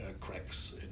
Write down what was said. cracks